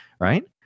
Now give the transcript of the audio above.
right